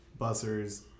bussers